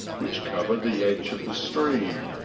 which cover the edge of the stream,